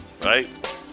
Right